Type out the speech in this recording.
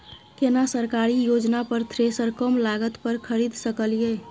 केना सरकारी योजना पर थ्रेसर कम लागत पर खरीद सकलिए?